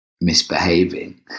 misbehaving